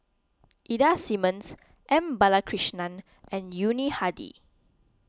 Ida Simmons M Balakrishnan and Yuni Hadi